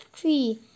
tree